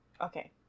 Okay